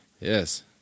Yes